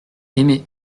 aimé